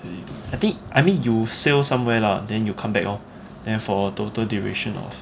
I think I mean you sail somewhere lah then you come back lor there for a total duration of